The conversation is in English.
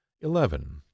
eleven